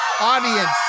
Audience